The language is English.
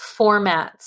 formats